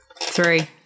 Three